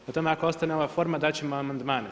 Prema tome, ako ostane ova forma dat ćemo amandmane.